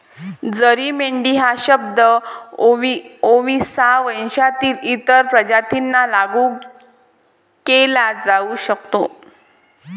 जरी मेंढी हा शब्द ओविसा वंशातील इतर प्रजातींना लागू केला जाऊ शकतो